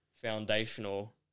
foundational